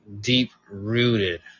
deep-rooted